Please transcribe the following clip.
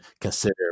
consider